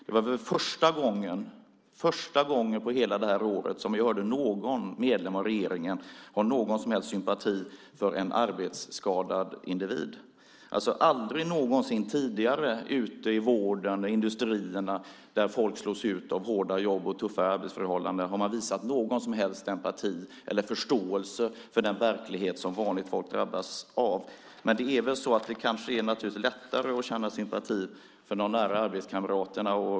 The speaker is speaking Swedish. Det var väl första gången på hela det här året som vi hörde någon medlem av regeringen ha någon som helst sympati för en arbetsskadad individ. Aldrig någonsin tidigare ute i vården och på industrierna där folk slås ut av hårda jobb och tuffa arbetsförhållanden har man visat någon som helst empati eller förståelse för den verklighet som drabbar vanligt folk. Det är naturligtvis lättare att känna sympati för de nära arbetskamraterna.